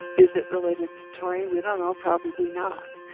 is it related to taurine? we don't know, probably not.